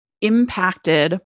impacted